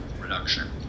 reduction